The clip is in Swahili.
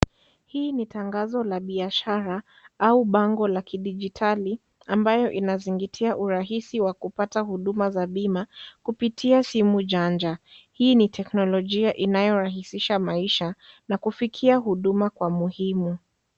Hii ni tangazo la biashara au bango la kidijitali ambayo inazingatia urahisi wa kupata huduma za bima kupitia simu janja, hii ni teknolojia inayorahisisha maisha na kufikia huduma kwa muhimu.